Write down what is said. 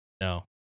No